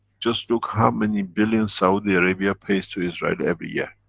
just look how many billions saudi arabia pays to israel every year.